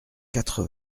quatre